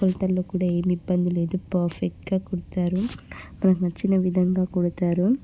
కొలతలు కూడా ఏమి ఇబ్బంది లేదు పర్ఫెక్ట్గా కుడతారు మనకి నచ్చిన విధంగా కుడతారు